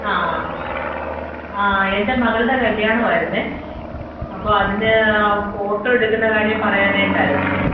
എൻ്റെ മകളുടെ കല്യാണം ആയിരുന്നത് അപ്പം അതിന് ഫോട്ടോ എടുക്കുന്ന കാര്യം പറയാനായിട്ടായിരുന്ന്